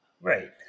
Right